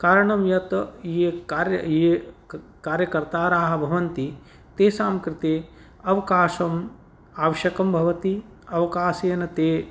कारणं ये कार्यकर्ताराः भवन्ति तेषां कृते अवकाशम् आवश्यकं भवति अवकाशेन ते